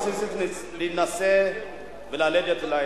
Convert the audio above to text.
פעולה בסיסית, להינשא וללדת ילדים.